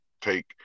take